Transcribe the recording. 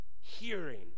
Hearing